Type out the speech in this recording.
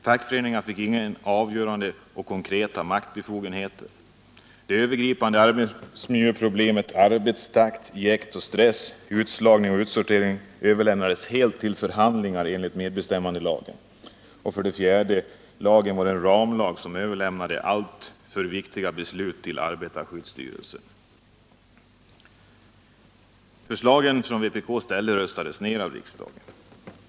Fackföreningarna fick inga avgörande och konkreta maktbefogenheter. 3. De övergripande arbetsmiljöproblemen arbetstakt, jäkt och stress, utslagning och utsortering överlämnades helt till förhandlingar enligt medbestämmandelagen. 4. Lagen var en ramlag som överlämnade alltför viktiga beslut till arbetarskyddsstyrelsen. Förslagen som vpk ställde röstades ner av riksdagen.